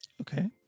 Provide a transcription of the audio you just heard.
Okay